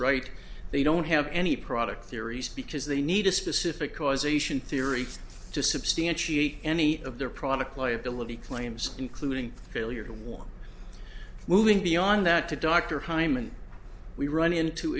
right they don't have any product theories because they need a specific causation theory to substantiate any of their product liability claims including failure to want moving beyond that to dr hyman we run into